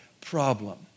problem